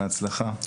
בהצלחה.